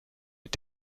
mit